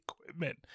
equipment